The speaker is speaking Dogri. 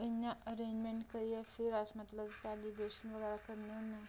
इ'यां अरेंजमैंट करियै फिर अस मतलब सैलीब्रेशन बगैरा करने होन्नें